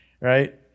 right